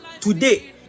today